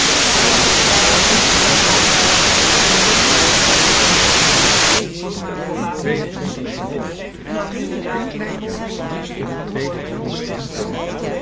twee-en-twintigste hoofdstuk de kleine die in het tweede deel schreeuwde